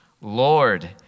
Lord